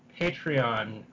Patreon